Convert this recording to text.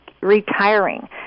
retiring